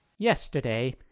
yesterday